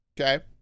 okay